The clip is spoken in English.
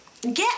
get